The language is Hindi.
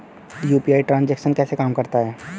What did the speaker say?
यू.पी.आई ट्रांजैक्शन कैसे काम करता है?